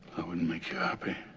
i wouldn't make you happy.